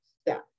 step